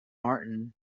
martin